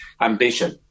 ambition